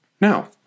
Now